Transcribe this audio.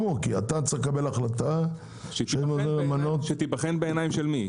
כי אתה צריך לקבל החלטה- - שתיבחן בעיניים של מי?